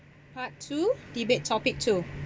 part two debate topic two